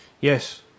Yes